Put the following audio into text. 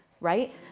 Right